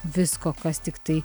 visko kas tiktai